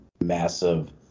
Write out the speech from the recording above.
massive